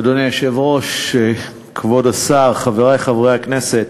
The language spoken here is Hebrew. אדוני היושב-ראש, כבוד השר, חברי חברי הכנסת,